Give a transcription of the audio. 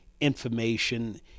information